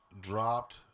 dropped